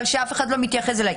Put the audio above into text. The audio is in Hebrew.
אבל שאף אחד לא מתייחס אליה.